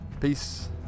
Peace